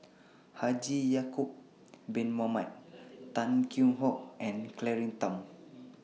Haji Ya'Acob Bin Mohamed Tan Kheam Hock and Claire Tham